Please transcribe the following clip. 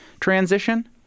transition